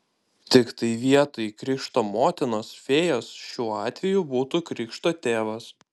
tiktai vietoj krikšto motinos fėjos šiuo atveju būtų krikšto tėvas